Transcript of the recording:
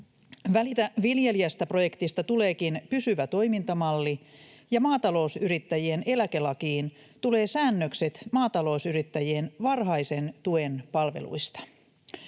Välitä viljelijästä ‑projektista tuleekin pysyvä toimintamalli, ja maatalousyrittäjien eläkelakiin tulee säännökset maatalousyrittäjien varhaisen tuen palveluista.